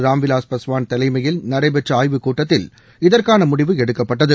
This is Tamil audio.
ராம்விலாஸ் பாஸ்வான் தலைமையில் நடைபெற்ற ஆய்வுக்கூட்டத்தில் இதற்கான முடிவு எடுக்கப்பட்டது